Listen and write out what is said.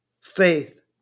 Faith